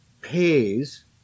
pays